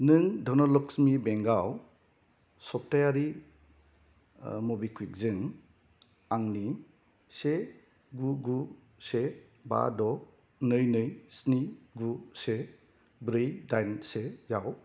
नों धनलक्ष्मि बेंकआव सप्तायारि मबिकुविकजों आंनि से गु गु से बा द नै नै स्नि गु से ब्रै दाइन सेआव